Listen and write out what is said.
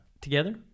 together